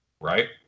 Right